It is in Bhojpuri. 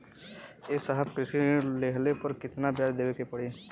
ए साहब कृषि ऋण लेहले पर कितना ब्याज देवे पणी?